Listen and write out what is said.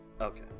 Okay